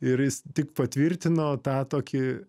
ir jis tik patvirtino tą tokį